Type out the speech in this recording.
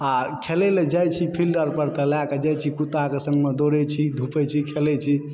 आ खेलयलऽ जैत छी फिल्ड अरपर तऽ लयकऽ जैत छी कुत्ताकऽ संगमऽ दौड़ैत छी धूपै छी खेलै छी